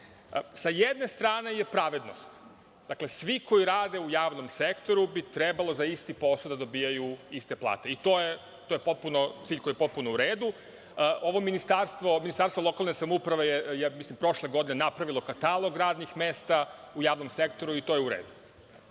Sa jedne strane je pravednost. Dakle, svi koji rade u javnom sektoru bi trebalo za isti posao da dobijaju iste plate. To je cilj koji je potpuno u redu. Ovo ministarstvo, Ministarstvo lokalne samouprave je, mislim, prošle godine napravilo katalog radnih mesta u javnom sektoru i to je u redu. Druga